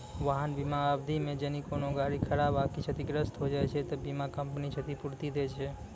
वाहन बीमा अवधि मे जदि कोनो गाड़ी खराब आकि क्षतिग्रस्त होय जाय छै त बीमा कंपनी क्षतिपूर्ति दै छै